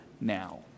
now